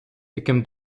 таким